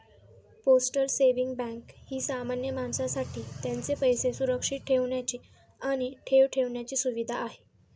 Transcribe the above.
postal saving bank ही सामान्य माणसासाठी त्यांचे पैसे सुरक्षित ठेवण्याची आणि ठेव ठेवण्याची सुविधा आहे